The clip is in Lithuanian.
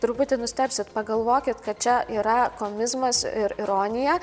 truputį nustebsit pagalvokit kad čia yra komizmas ir ironija